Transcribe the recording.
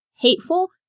hateful